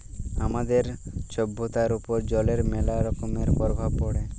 আমাদের ছভ্যতার উপর জলের ম্যালা রকমের পরভাব পড়ে